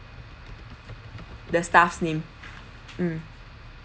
the staff's name mm